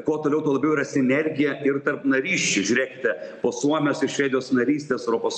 kuo toliau tuo labiau yra sinergija ir tarp narysčių žiūrėkite po suomijos ir švedijos narystės europos